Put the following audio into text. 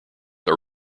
are